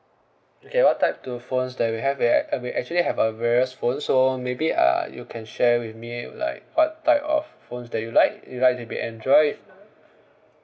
okay what type to phones that we have we have we actually have uh various phone so maybe uh you can share with me like what type of phones that you like you like to be android